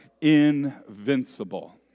invincible